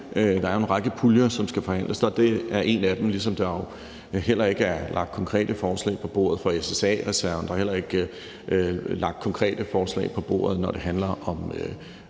Der er en række puljer, som der skal forhandles om, og det er en af dem. Der er jo heller ikke lagt konkrete forslag på bordet for SSA-reserven, og der er heller ikke lagt konkrete forslag på bordet endnu, når det handler om